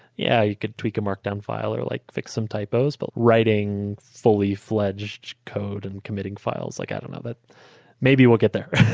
yeah, you could tweak a markdown file or like fix some typos. but writing fully fledged code, and committing files, like i don't know. but maybe we'll get there.